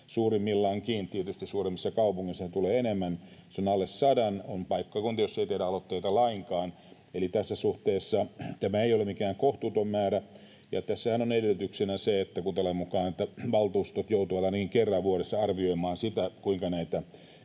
suurimmillaankin. Tietysti suuremmissa kaupungeissa tulee enemmän, se on alle sadan, ja on paikkakuntia, joilla ei tehdä aloitteita lainkaan, eli tässä suhteessa tämä ei ole mikään kohtuuton määrä. Tässähän on kuntalain mukaan edellytyksenä se, että valtuustot joutuvat ainakin kerran vuodessa arvioimaan sitä, kuinka näitä